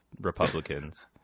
Republicans